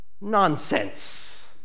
nonsense